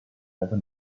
never